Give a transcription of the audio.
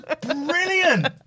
brilliant